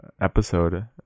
episode